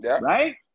right